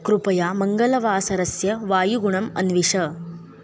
कृपया मङ्गलवासरस्य वायुगुणम् अन्विष